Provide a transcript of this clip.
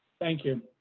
thank you.